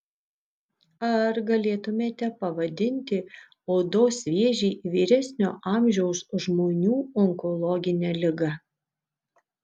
ar galėtumėte pavadinti odos vėžį vyresnio amžiaus žmonių onkologine liga